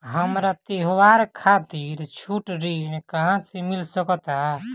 हमरा त्योहार खातिर छोट ऋण कहाँ से मिल सकता?